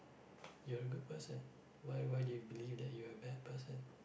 you are a good person why why do you believe that you are a bad person